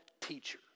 teacher